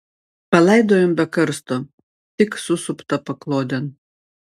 palaidojom be karsto tik susuptą paklodėn